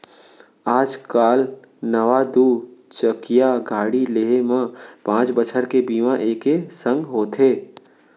आज काल नवा दू चकिया गाड़ी लेहे म पॉंच बछर के बीमा एके संग होथे